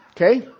Okay